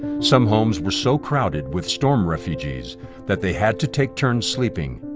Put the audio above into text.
some homes were so crowded with storm refugees that they had to take turns sleeping,